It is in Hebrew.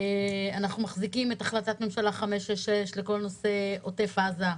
אנחנו מחזיקים את החלטת ממשלה 566 לכל נושא עוטף עזה.